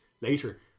later